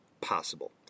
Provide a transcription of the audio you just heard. possible